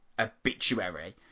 Obituary